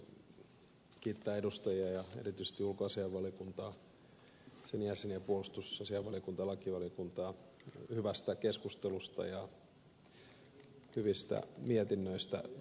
haluaisin kiittää edustajia ja erityisesti ulkoasiainvaliokuntaa sen jäseniä puolustusasiainvaliokuntaa ja lakivaliokuntaa hyvästä keskustelusta ja hyvistä mietinnöistä